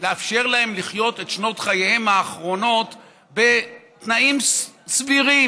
לאפשר להם לחיות את שנות חייהם האחרונות בתנאים סבירים.